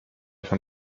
von